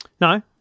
No